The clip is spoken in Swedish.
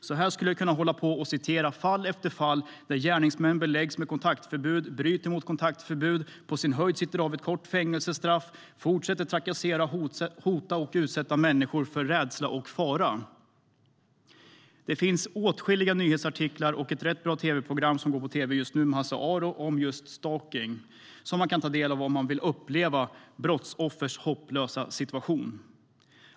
Så här skulle jag kunna hålla på och återge fall efter fall där gärningsmän beläggs med kontaktförbud, bryter mot kontaktförbud, på sin höjd sitter av ett kort fängelsestraff, fortsätter att trakassera, hota och utsätta människor för rädsla och fara. Det finns åtskilliga nyhetsartiklar och ett rätt bra tv-program med Hasse Aro om just stalkning som man kan ta del av om man vill uppleva brottsoffers hopplösa situation.